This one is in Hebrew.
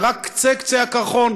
זה רק קצה קצה הקרחון.